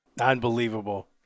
Unbelievable